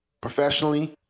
professionally